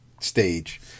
stage